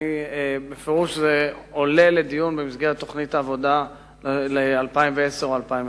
ובפירוש זה עולה לדיון במסגרת תוכנית העבודה ל-2010 ול-2011.